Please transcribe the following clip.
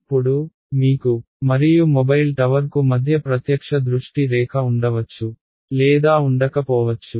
ఇప్పుడు మీకు మరియు మొబైల్ టవర్కు మధ్య ప్రత్యక్ష దృష్టి రేఖ ఉండవచ్చు లేదా ఉండకపోవచ్చు